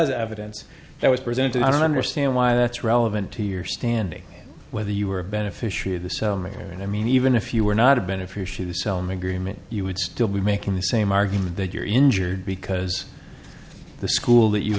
was evidence that was presented i don't understand why that's relevant to your standing whether you are a beneficiary of the mayor and i mean even if you were not a beneficiary sell him agreement you would still be making the same argument that you're injured because the school that you